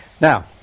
Now